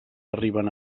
arriben